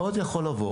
ועוד יכול לבוא